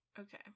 Okay